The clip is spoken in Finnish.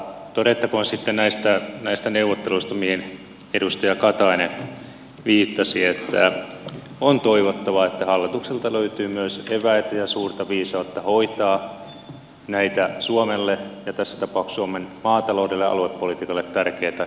todettakoon sitten näistä neuvotteluista joihin edustaja katainen viittasi että on toivottavaa että hallitukselta löytyy eväitä ja suurta viisautta hoitaa myös näitä suomelle ja tässä tapauksessa suomen maataloudelle ja aluepolitiikalle tärkeitä neuvotteluita mahdollisimman hyvin